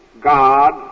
God